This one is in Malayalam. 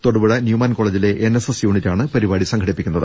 തൊടുപുഴ ന്യൂമാൻ കോളജിലെ എൻഎസ്എസ് യൂനിറ്റാണ് പരിപാടി സംഘടിപ്പിക്കുന്നത്